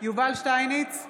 יובל שטייניץ,